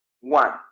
one